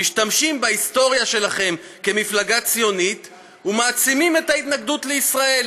משתמשים בהיסטוריה שלכם כמפלגה ציונית ומעצימים את ההתנגדות לישראל,